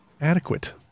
adequate